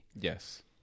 Yes